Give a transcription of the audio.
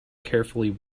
carefully